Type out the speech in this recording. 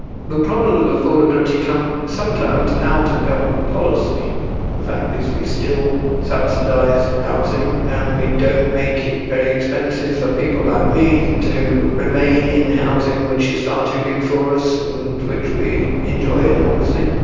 the problems with affordability come sometimes out of government policy. the fact is we still subsidise housing and we don't make it very expensive for people like me to remain in housing which is far too big for us and which we enjoy enormously.